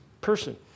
person